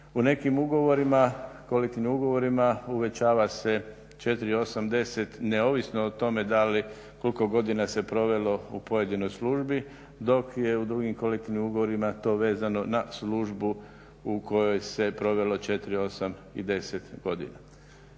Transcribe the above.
U nekim ugovorima, kolektivnim ugovorima uvećava se 4, 8, 10 neovisno o tome da li koliko godina se provelo u pojedinoj službi dok je u drugim kolektivnim ugovorima to vezano na službu u kojoj se provelo 4, 8 i 10 godina.